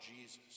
Jesus